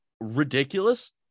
ridiculous